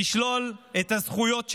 נשלול את הזכויות שלהם.